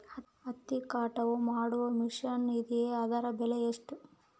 ಹತ್ತಿ ಕಟಾವು ಮಾಡುವ ಮಿಷನ್ ಇದೆಯೇ ಅದರ ಬೆಲೆ ಎಷ್ಟು?